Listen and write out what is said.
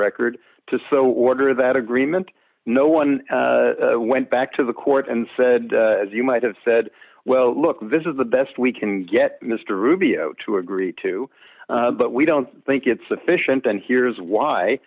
record to so order that agreement no one went back to the court and said as you might have said well look this is the best we can get mr rubio to agree to but we don't think it's sufficient and here's why